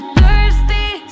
thirsty